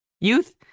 Youth